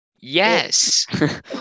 yes